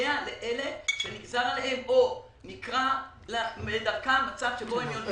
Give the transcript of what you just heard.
לסייע לאלה שנגזר עליהם או נקרא בדרכם מצב שבו הם יולדים בחו"ל.